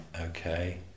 okay